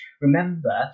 remember